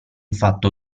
fatto